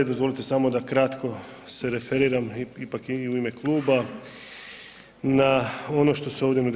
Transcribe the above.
Dozvolite samo da kratko se referiram, ipak i u ime kluba, na ono što se ovdje nudi.